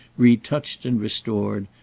retouched and restored,